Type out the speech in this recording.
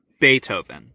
Beethoven